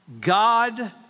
God